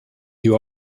you